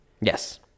Yes